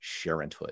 sharenthood